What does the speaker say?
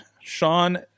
Sean